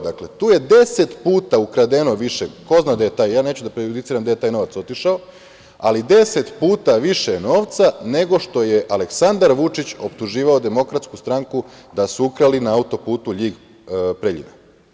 Dakle, tu je deset puta ukradeno više, ko zna gde je taj novac, ja neću da prejudiciram gde je taj novac otišao, ali deset puta više novca nego što je Aleksandar Vučić optuživao Demokratsku stranku da su ukrali na auto-putu Ljig – Preljina.